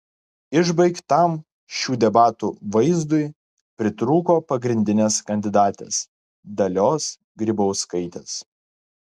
išbaigtam šių debatų vaizdui pritrūko pagrindinės kandidatės dalios grybauskaitės